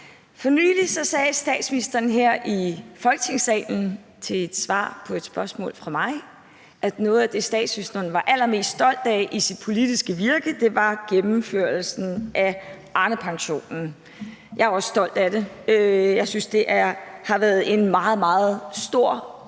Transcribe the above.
For nylig sagde statsministeren her i Folketingssalen i et svar på et spørgsmål fra mig, at noget af det, statsministeren var allermest stolt af i sit politiske virke, var gennemførelsen af Arnepensionen. Jeg er også stolt af det, for jeg synes, at det i virkeligheden har været et meget, meget stort